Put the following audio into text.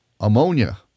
ammonia